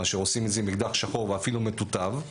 מאשר כשעושים עם אקדח שחור ואפילו מתותב.